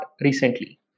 recently